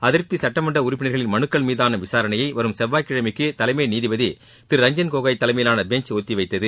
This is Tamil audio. அதிருப்தி சுட்டமன்ற உறுப்பினர்களின் மனுக்கள் மீதான விசாரணையை வரும் செவ்வாய் கிழமைக்கு தலைமை நீதிபதி திரு ரஞ்சன் கோகோய் தலைமையிலான பெஞ்ச் ஒத்தி வைத்தது